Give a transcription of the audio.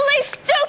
stupid